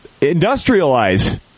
industrialize